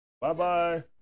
Bye-bye